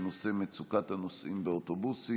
בנושא מצוקת הנוסעים באוטובוסים.